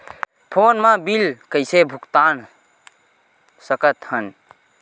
Phone मा bill कइसे भुक्तान साकत हन?